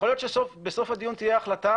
יכול להיות שבסוף הדיון תהיה החלטה